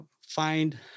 find